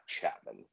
Chapman